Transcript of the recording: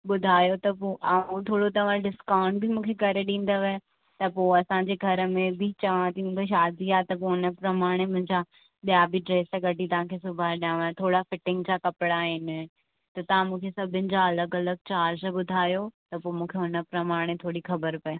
ॿुधायो त पोइ आ ओ थोरो तव्हां डिस्कांउट बि मूंखे करे ॾींदव त पोइ असांजे घर में बि चवांव थी मुंहिंजी शादी आहे त उन प्रमाणे मुंहिंजा ॿिया बि ड्रेस कढी तव्हांखे सुबाहिणु ॾियांव थोरा फिटिंग जा कपिड़ा आहिनि त तव्हां मूंखे सभिनि जा अलॻि अलॻि चार्ज ॿुधायो त मूंखे हुन प्रमाणे थोरी ख़बर पए